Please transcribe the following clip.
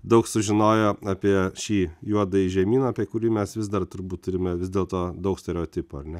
daug sužinojo apie šį juodąjį žemyną apie kurį mes vis dar turbūt turime vis dėl to daug stereotipų ar ne